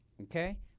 okay